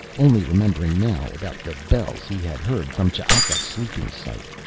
only remembering now about the bells he had heard from ch'aka's sleeping site.